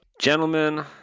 Gentlemen